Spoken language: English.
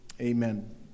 Amen